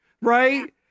Right